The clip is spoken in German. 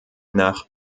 nach